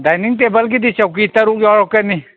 dining ꯇꯦꯕꯜꯒꯤꯗꯤ ꯆꯧꯀꯤ ꯇꯔꯨꯛ ꯌꯥꯎꯔꯛꯀꯅꯤ